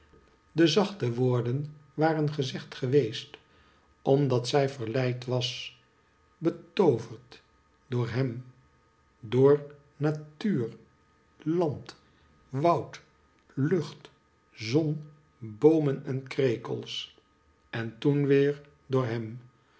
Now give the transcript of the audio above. de zachte woorden waren gezegd geweest omdat zij verleid was betooverd door hem door natuur land woud lucht zon boomen en krekels en toen weer door hem